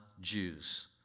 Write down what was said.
Jews